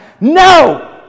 no